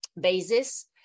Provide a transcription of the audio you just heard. basis